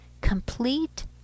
complete